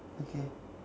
okay